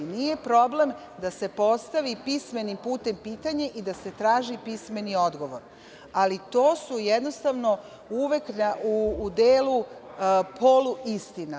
Nije problem da se postavi pismenim putem pitanje i da se traži pismeni odgovor, ali to su jednostavno uvek u delu poluistina.